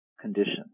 condition